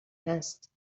هست